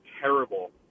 terrible